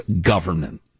government